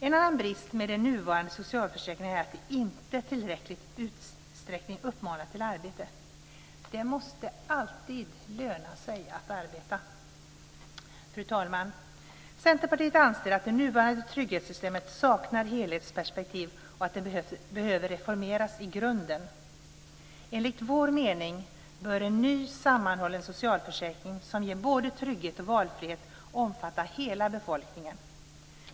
En annan brist med de nuvarande socialförsäkringarna är att de inte i tillräcklig utsträckning uppmuntrar till arbete. Det måste alltid löna sig att arbeta. Fru talman! Centerpartiet anser att det nuvarande trygghetssystemet saknar helhetsperspektiv och att det behöver reformeras i grunden. Enligt vår mening bör en ny, sammanhållen socialförsäkring, som ger både trygghet och valfrihet, omfatta hela befolkningen.